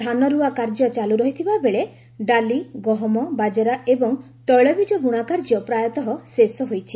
ଧାନରୁଆ କାର୍ଯ୍ୟ ଚାଲୁ ରହିଥିବା ବେଳେ ଡାଲି ଗହମ ବାଜରା ଏବଂ ତୈଳବୀଜ ବୁଣାକାର୍ଯ୍ୟ ପ୍ରାୟତଃ ଶେଷ ହୋଇଛି